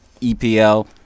EPL